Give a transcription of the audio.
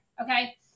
okay